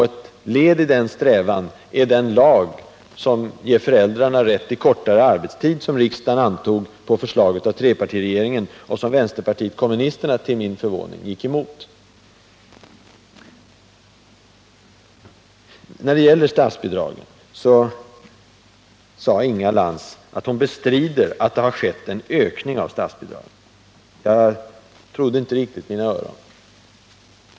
Ett led i denna strävan är den lag som ger föräldrarna rätt till kortare arbetstid, som riksdagen antog på förslag av trepartiregeringen men som vänsterpartiet kommunisterna till min förvåning gick emot. När det gäller statsbidragen sade Inga Lantz att hon bestrider att det har skett en ökning. Jag trodde inte riktigt mina öron.